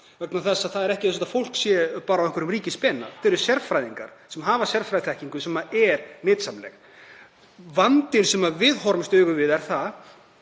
vegna þess að það er ekki eins og þetta fólk sé bara á einhverjum ríkisspena. Þetta eru sérfræðingar sem hafa sérfræðiþekkingu sem er nytsamleg. Vandinn sem við horfumst í augu við er að